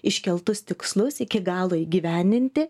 iškeltus tikslus iki galo įgyvendinti